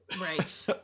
right